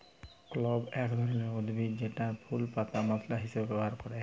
clove এক ধরলের উদ্ভিদ জেতার ফুল পাতা মশলা হিসাবে ব্যবহার ক্যরে